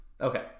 okay